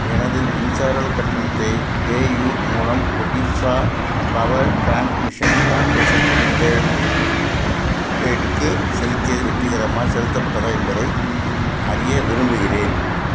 எனது மின்சார கட்டணத்தை பேயு மூலம் Odisha power transmission corporation limited டெடுக்கு செலுத்தியது வெற்றிகரமாக செலுத்தப்பட்டதா என்பதை அறிய விரும்புகிறேன்